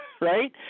right